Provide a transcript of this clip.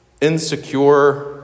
insecure